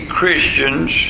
Christians